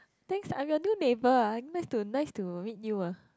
thanks I'm your new neighbour ah nice to nice to meet you ah